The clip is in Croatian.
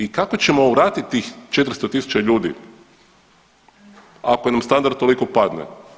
I kako ćemo vratiti tih 400 tisuća ljudi ako nam standard toliko padne.